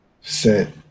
set